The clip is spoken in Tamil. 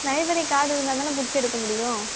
லைப்ரரி கார்டு இருந்தாதானே புக்கு எடுக்க முடியும்